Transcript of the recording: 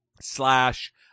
slash